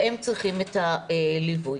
והם צריכים את הליווי.